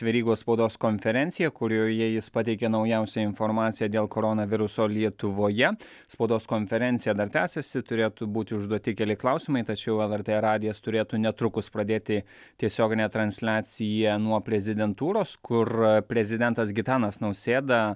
verygos spaudos konferenciją kurioje jis pateikė naujausią informaciją dėl koronaviruso lietuvoje spaudos konferencija dar tęsiasi turėtų būti užduoti keli klausimai tačiau lrt radijas turėtų netrukus pradėti tiesioginę transliaciją nuo prezidentūros kur prezidentas gitanas nausėda